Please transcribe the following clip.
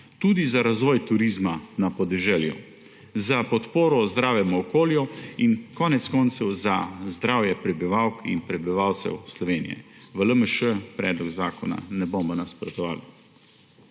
tudi za razvoj turizma na podeželju, za podporo zdravemu okolju in konec koncev za zdravje prebivalk in prebivalcev Slovenije. V LMŠ predlogu zakona ne bomo nasprotovali.